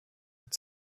had